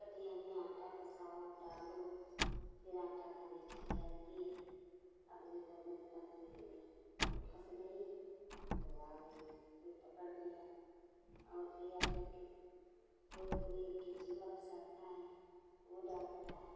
कटिया में आटा फँसाओ डालो फिर आटा खाने के लिए आती है अपनी भोजन पानी के लिए तो फंस गई तो आ गई फिर पकड़ लिया और मछलियाँ फिर कोई कोई केंचुआ फँसाता है वो डालता है